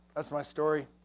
that's my story.